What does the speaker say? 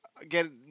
Again